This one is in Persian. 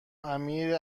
امیر